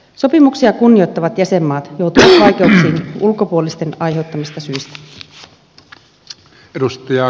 sopimuksia kunnioittavat jäsenmaat joutuvat vaikeuksiin ulkopuolisten aiheuttamista syistä